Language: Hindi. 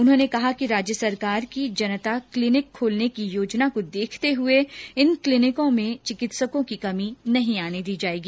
उन्होंने कहा कि राज्य सरकार की जनता क्लिनिक खोलने की योजना को देखते हुए इन क्लिनिकों में चिकित्सकों की कमी नहीं आने दी जाएगी